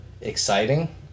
exciting